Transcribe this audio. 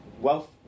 wealth